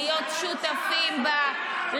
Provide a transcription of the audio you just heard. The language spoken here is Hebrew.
להיות שותפים בה,